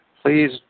Please